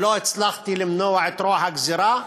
ולא הצלחתי למנוע את רוע הגזירה.